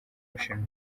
bushinwa